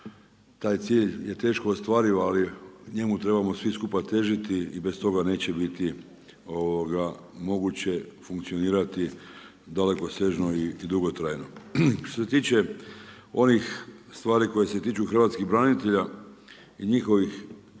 taj cilj teško ostvariv, ali njemu trebamo svi skupa težiti i bez toga neće biti moguće funkcionirati dalekosežno i dugotrajno. Što se tiče onih stvari koje se tiču hrvatskih branitelja i njihovih